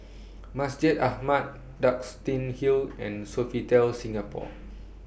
Masjid Ahmad Duxton Hill and Sofitel Singapore